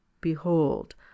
Behold